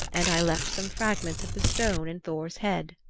and i left some fragments of the stone in thor's head.